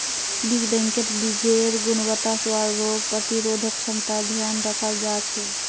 बीज बैंकत बीजेर् गुणवत्ता, स्वाद, रोग प्रतिरोधक क्षमतार ध्यान रखाल जा छे